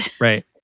Right